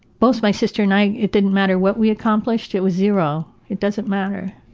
both my sister and i. it didn't matter what we accomplished. it was zero. it doesn't matter.